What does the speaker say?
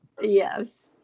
Yes